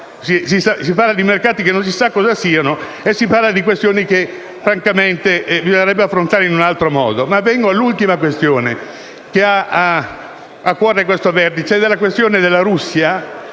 di mercati che non sappiamo cosa siano e di questioni che, francamente, bisognerebbe affrontare in altro modo. Vengo all'ultima questione, che ha a cuore questo vertice, ed è la questione della Russia